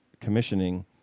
commissioning